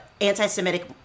anti-Semitic